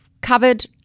covered